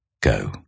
Go